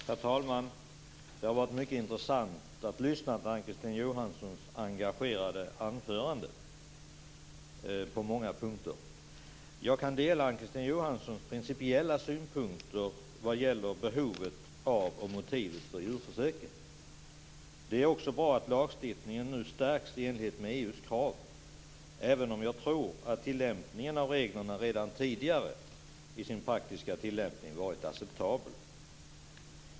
Herr talman! Det har varit mycket intressant att lyssna på Ann-Kristine Johanssons på många punkter engagerade anförande. Jag kan dela Ann-Kristine Johanssons principiella synpunkter vad gäller behovet av och motivet för djurförsöken. Det är också bra att lagstiftningen nu stärks i enlighet med EU:s krav - även om jag tror att den praktiska tillämpningen av reglerna redan tidigare har varit acceptabel.